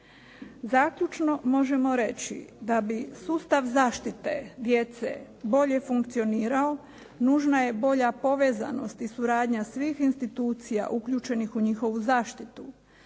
Zaključno možemo reći da bi sustav zaštite djece bolje funkcionirao nužna je bolja povezanost i suradnja svih institucija uključenih u njihovu zaštitu